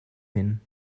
hin